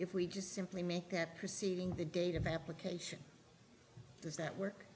if we just simply make that proceeding the date of application does that work